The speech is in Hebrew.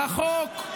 רחוק?